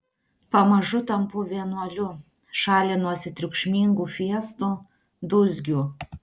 pamažu tampu vienuoliu šalinuosi triukšmingų fiestų dūzgių